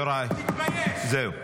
יוראי, יוראי, זהו.